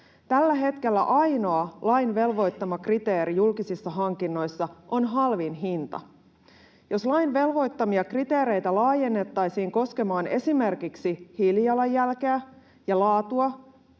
Tällä hetkellä ainoa lain velvoittama kriteeri julkisissa hankinnoissa on halvin hinta. Jos lain velvoittamia kriteereitä laajennettaisiin koskemaan esimerkiksi hiilijalanjälkeä ja laatua,